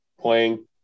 playing